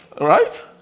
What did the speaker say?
Right